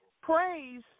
praise